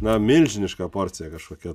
na milžiniška porcija kažkokia